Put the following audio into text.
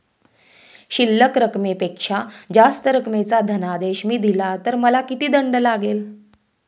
शिल्लक रकमेपेक्षा जास्त रकमेचा धनादेश मी दिला तर मला किती दंड लागेल?